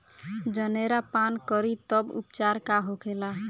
जनेरा पान करी तब उपचार का होखेला?